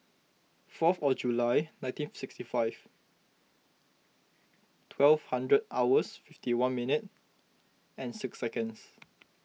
fourth of July nineteen sixty five twelve hundred hours fifty one minute and six seconds